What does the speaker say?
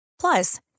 Plus